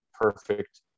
perfect